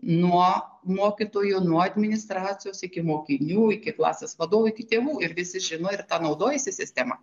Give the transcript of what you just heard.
nuo mokytojų nuo administracijos iki mokinių iki klasės vadovų iki tėvų ir visi žino ir naudojasi sistema